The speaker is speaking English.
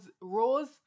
Rose